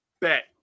Bet